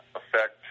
affect